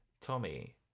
Tommy